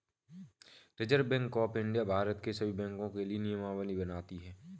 reserve Bank of India Bharat के सभी बैंकों के लिए नियमावली बनाती है